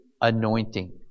anointing